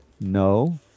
No